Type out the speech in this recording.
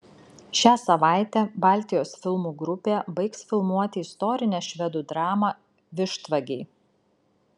šią savaitę baltijos filmų grupė baigs filmuoti istorinę švedų dramą vištvagiai